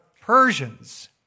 Persians